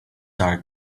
are